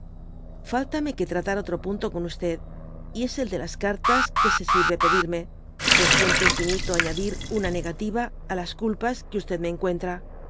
fáltame que tratar otro punto con y es el de las cartas que se sirve pedirme y pues áento infinito añadir una negativa á las culpas que me encuentra